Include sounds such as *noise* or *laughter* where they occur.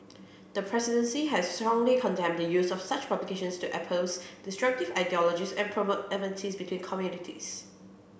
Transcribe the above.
the presidency has strongly condemned the use of such publications to *unintelligible* destructive ideologies and promote enmities between communities